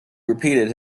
repeated